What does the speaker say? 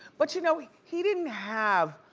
but you know he he didn't have